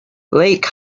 lake